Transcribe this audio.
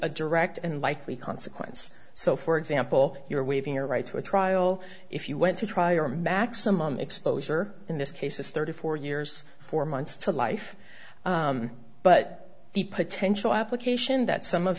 a direct and likely consequence so for example you're waving your right to a trial if you went to trial your maximum exposure in this case is thirty four years four months to life but the potential application that some of